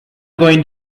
going